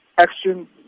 action